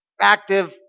active